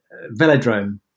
velodrome